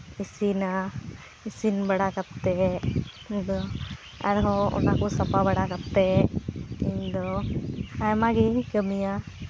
ᱤᱥᱤᱱᱟ ᱤᱥᱤᱱ ᱵᱟᱲᱟ ᱠᱟᱛᱮᱫ ᱫᱚ ᱟᱨᱦᱚᱸ ᱚᱱᱟ ᱠᱚ ᱥᱟᱯᱟ ᱵᱟᱲᱟ ᱠᱟᱛᱮᱫ ᱤᱧᱫᱚ ᱟᱭᱢᱟ ᱜᱤᱧ ᱠᱟᱹᱢᱤᱭᱟ